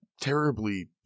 terribly